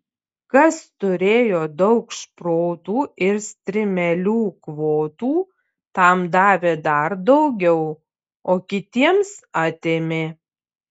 kas turėjo daug šprotų ir strimelių kvotų tam davė dar daugiau o kitiems atėmė